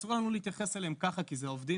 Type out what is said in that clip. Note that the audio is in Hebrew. ואסור לנו להתייחס אליהם ככה כי זה עובדים